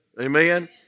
Amen